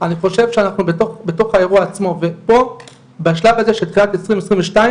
אני חושב שאנחנו בתוך האירוע עצמו ופה בשלב הזה של תחילת 2022,